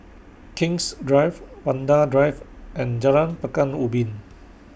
King's Drive Vanda Drive and Jalan Pekan Ubin